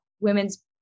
women's